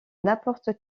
n’importe